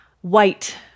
White